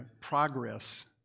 progress